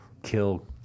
kill